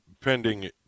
pending